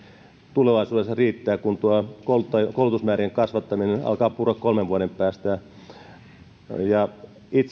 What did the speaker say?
tulevaisuudessa riittää kun tuo koulutusmäärien kasvattaminen alkaa purra kolmen vuoden päästä ja itse